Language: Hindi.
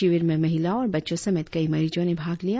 शिविर में महिलाओं और बच्चों समेत कई मरीजो ने भाग लिया